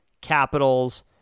Capitals